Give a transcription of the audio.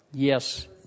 Yes